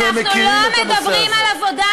אנחנו לא מדברים על עבודה,